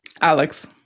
Alex